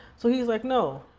so he was like, no,